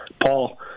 Paul